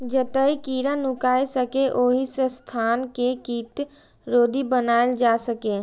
जतय कीड़ा नुकाय सकैए, ओहि स्थान कें कीटरोधी बनाएल जा सकैए